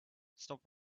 stop